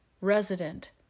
resident